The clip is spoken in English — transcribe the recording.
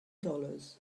dollars